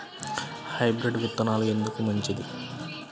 Hybrid విత్తనాలు ఎందుకు మంచిది?